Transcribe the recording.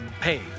page